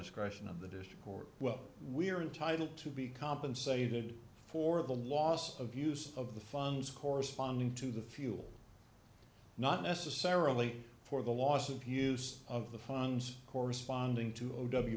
discretion of the district court well we are entitled to be compensated for the loss of use of the funds corresponding to the fuel not necessarily for the loss of use of the funds corresponding to